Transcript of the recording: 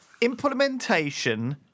implementation